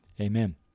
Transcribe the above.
Amen